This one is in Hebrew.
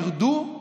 ירדו,